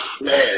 Man